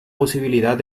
posibilidad